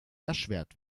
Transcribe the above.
erschwert